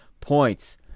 points